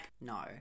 no